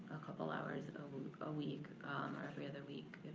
a couple hours a week or every other week,